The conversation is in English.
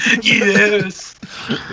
Yes